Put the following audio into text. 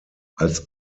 als